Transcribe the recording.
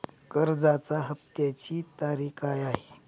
कर्जाचा हफ्त्याची तारीख काय आहे?